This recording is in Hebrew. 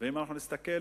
אם אנחנו נסתכל